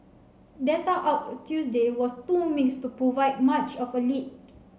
data out Tuesday was too mixed to provide much of a lead